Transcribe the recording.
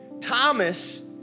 Thomas